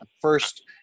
First